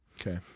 Okay